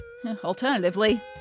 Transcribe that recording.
Alternatively